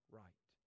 right